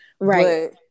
Right